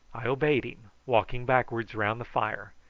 i obeyed him, walking backwards round the fire,